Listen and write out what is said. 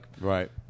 Right